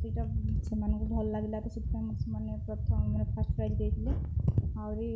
ସେଇଟା ସେମାନଙ୍କୁ ଭଲ ଲାଗିଲା ତ ସେଥିପାଇଁ ମୋତେ ସେମାନେ ପ୍ରଥମ ମାନେ ଫାର୍ଷ୍ଟ ପ୍ରାଇଜ୍ ଦେଇଥିଲେ ଆହୁରି